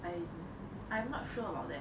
I I'm not sure about that